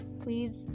please